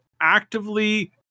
actively